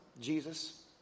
Jesus